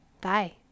Bye